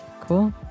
cool